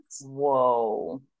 Whoa